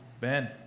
Ben